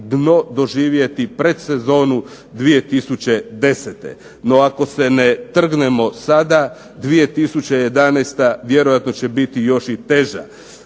dno doživjeti pred sezonu 2010. No, ako se ne trgnemo sada 2011. vjerojatno će biti još i teža.